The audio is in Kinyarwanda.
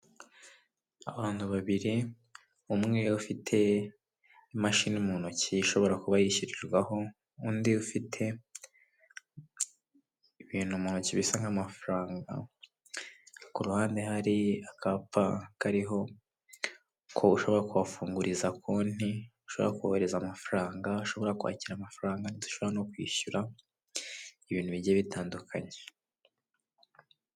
Abantu babiri, umwe ufite imashini mu ntoki ishobora kuba yishyirirwaho, undi ufite ibintu mu ntoki bisa nk'amafaranga, ku ruhande hari akapa kariho uko ushaka kuhafunguriza konti, ushaka kohereza amafaranga, ushobora kwakira amafaranga, ushobora no kwishyura ibintu bigiye bitandukanye.